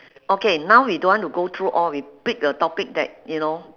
okay now we don't want to go through all we pick a topic that you know